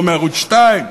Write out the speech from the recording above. לא מערוץ 2,